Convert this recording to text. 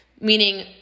Meaning